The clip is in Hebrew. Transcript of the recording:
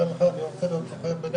הוא אומר לך: אני רוצה להיות סוחר בנשק.